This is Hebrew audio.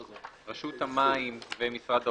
רשות המים ומשרד האוצר,